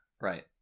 Right